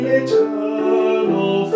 eternal